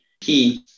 key